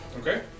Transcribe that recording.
Okay